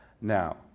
Now